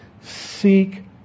Seek